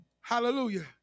Hallelujah